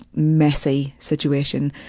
messy situation.